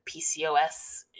PCOS